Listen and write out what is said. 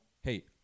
hey